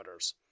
parameters